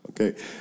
Okay